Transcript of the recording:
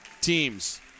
teams